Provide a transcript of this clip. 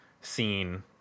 scene